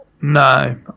No